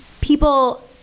people